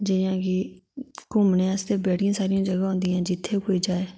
जि'यां कि घूमने आस्तै बड़ियां सारियां जगह होंदियां जित्थै कोई जाए